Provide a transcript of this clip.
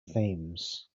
themes